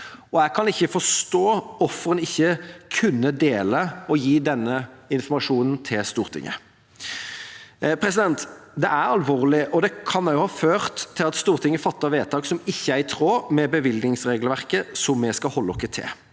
Jeg kan ikke forstå hvorfor en ikke kunne dele og gi den informasjonen til Stortinget. Det er alvorlig, og det kan også ha ført til at Stortinget fattet vedtak som ikke er i tråd med bevilgningsregelverket som vi skal holde oss til.